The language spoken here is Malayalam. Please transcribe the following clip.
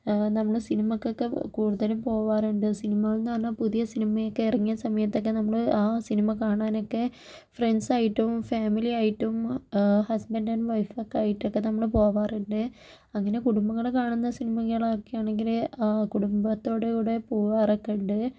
നമ്മള് സിനിമക്കൊക്കെ കൂടുതലും പോവാറുണ്ട് സിനിമകളെന്ന് പറഞ്ഞാൽ പുതിയ സിനിമയൊക്കെ ഇറങ്ങിയ സമയത്തൊക്കെ നമ്മള് ആ സിനിമ കാണാനൊക്കെ ഫ്രണ്ട്സായിട്ടും ഫാമിലിയായിട്ടും ഹസ്ബൻഡ് ആൻഡ് വൈഫ് ഒക്കെ ആയിട്ട് നമ്മള് പോകാറുണ്ട് അങ്ങനെ കുടുംബങ്ങള് കാണുന്ന സിനിമകള് ഒക്കെയാണെങ്കില് കുടുംബത്തോട് കൂടി പോകാറൊക്കെയുണ്ട്